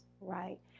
Right